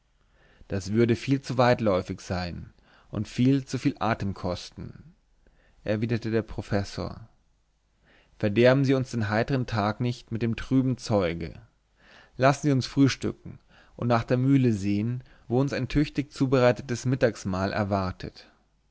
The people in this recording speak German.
das würde viel zu weitläufig sein und viel zu viel atem kosten erwiderte der professor verderben wir uns den heitern tag nicht mit dem trüben zeuge lassen sie uns frühstücken und dann nach der mühle gehen wo uns ein tüchtig zubereitetes mittagsmahl erwartet